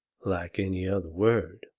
like any other word.